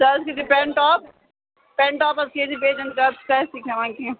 ژٕ حظ کھیٚیِزِ پٮ۪نٛٹاپ پٮ۪نٛٹاپ حظ کھیٚیِزِ بیٚیہِ ٲسۍ زِنہٕ زیادٕ کھٮ۪وان کیٚنٛہہ